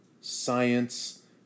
science